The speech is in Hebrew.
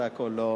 זה הכול.